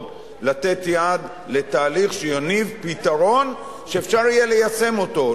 שגם הוא ישמח מאוד לתת יד לתהליך שיניב פתרון שאפשר יהיה ליישם אותו,